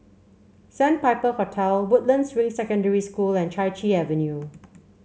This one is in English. Sandpiper Hotel Woodlands Ring Secondary School and Chai Chee Avenue